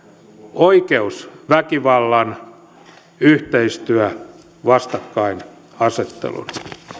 oikeus väkivallan yhteistyö vastakkainasettelun